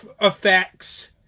effects